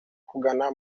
kugana